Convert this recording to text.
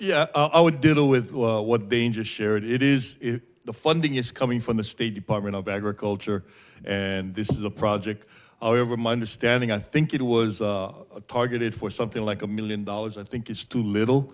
do i would deal with what they shared it is the funding is coming from the state department of agriculture and this is a project however my understanding i think it was targeted for something like a million dollars i think is too little